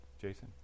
Jason